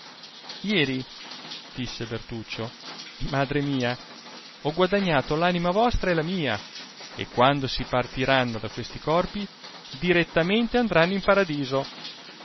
ieri disse bertuccio madre mia ho guadagnato l'anima vostra e la mia e quando si partiranno da questi corpi dirittamente andaranno in paradiso